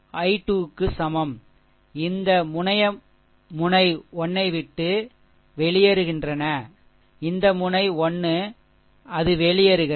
i2 க்கு சமம் இவை இந்த முனைய முனை 1 ஐ விட்டு வெளியேறுகின்றன இந்த முனை 1 அது வெளியேறுகிறது